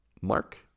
Mark